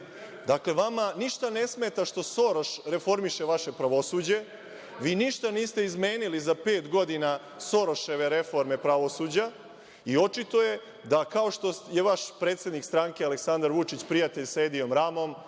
vama ništa ne smeta što Soroš reformiše vaše pravosuđe. Vi ništa niste izmenili za pet godina Soroševe reforme pravosuđa i očito je da kao što je vaš predsednik stranke Aleksandar Vučić prijatelj sa Edijem Ramom,